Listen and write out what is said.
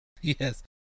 Yes